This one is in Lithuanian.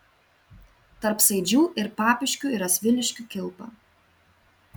tarp saidžių ir papiškių yra sviliškių kilpa